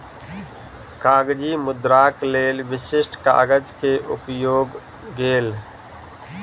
कागजी मुद्राक लेल विशिष्ठ कागज के उपयोग गेल